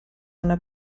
una